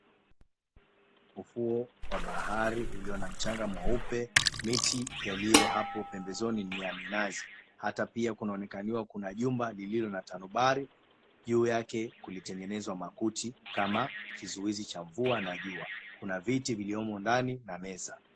Ufuo wa bahari ulio na mchanga mweupe miti yaliyo hapo pembezoni ni ya minazi. Hata pia kunaonekaniwa kuna jumba lililo na tanubari, juu yake kulitengenezwa makuti kama kizuizi cha mvua na jua. Kuna viti vilivyomo ndani na meza.